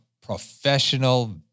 professional